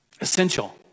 essential